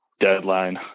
deadline